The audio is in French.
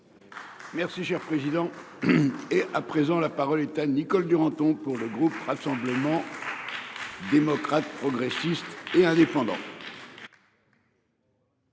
Merci cher président. Et à présent, la parole est à Nicole Duranton pour le groupe Rassemblement. Démocrates, progressistes et indépendants.